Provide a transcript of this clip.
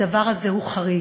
הדבר הזה הוא חריג.